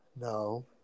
No